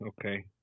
okay